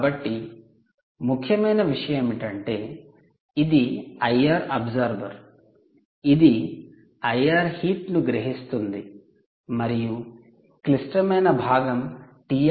కాబట్టి ముఖ్యమైన విషయం ఏమిటంటే ఇది 'ఐఆర్ అబ్జార్బర్ IR absorber" ఇది 'ఐఆర్ హీట్ 'ను గ్రహిస్తుంది మరియు క్లిష్టమైన భాగం టీ